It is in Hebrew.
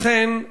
לכן,